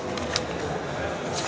Hvala.